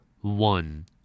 One